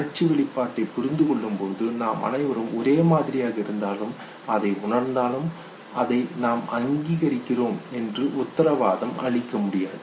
உணர்ச்சி வெளிப்பாட்டைப் புரிந்துகொள்ளும்போது நாம் அனைவரும் ஒரே மாதிரியாக இருந்தாலும் அதை உணர்ந்தாலும் அதை நாம் அங்கிகரிக்கிறோம் என்று உத்தரவாதம் அளிக்க முடியாது